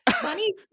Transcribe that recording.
funny